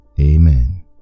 amen